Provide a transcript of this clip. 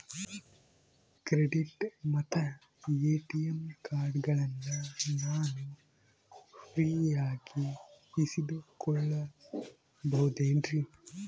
Credit ಮತ್ತ ATM ಕಾರ್ಡಗಳನ್ನ ನಾನು ಫ್ರೇಯಾಗಿ ಇಸಿದುಕೊಳ್ಳಬಹುದೇನ್ರಿ?